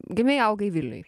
gimei augai vilniuj